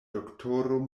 doktoro